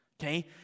Okay